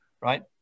right